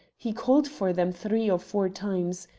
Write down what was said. he called for them three or four times.